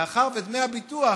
מאחר שדמי הביטוח